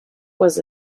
was